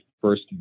first